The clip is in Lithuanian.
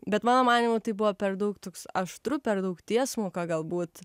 bet mano manymu tai buvo per daug toks aštru per daug tiesmuka galbūt